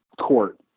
court